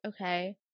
okay